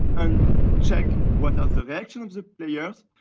and check what are the reactions of players.